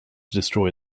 destroy